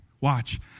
Watch